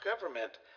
government